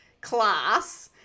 class